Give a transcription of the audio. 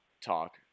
Talk